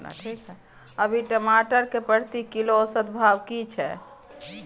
अभी टमाटर के प्रति किलो औसत भाव की छै?